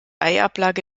eiablage